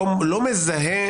לא מזהה